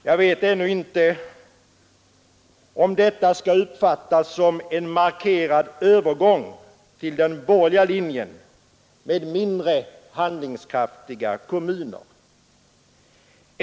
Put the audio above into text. Jag vet ännu inte om detta skall uppfattas som en markerad övergång till den borgerliga linjen med mindre handlingskraftiga kommuner.